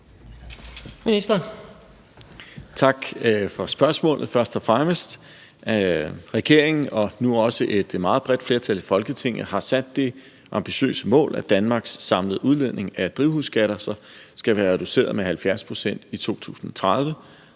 og fremmest tak for spørgsmålet. Regeringen og nu også et meget bredt flertal i Folketinget har sat det ambitiøse mål, at Danmarks samlede udledning af drivhusgasser skal være reduceret med 70 pct. i 2030.